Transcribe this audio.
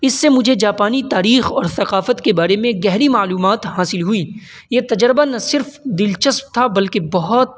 اس سے مجھے جاپانی تاریخ اور ثقافت کے بارے میں گہری معلومات حاصل ہوئی یہ تجربہ نہ صرف دلچسپ تھا بلکہ بہت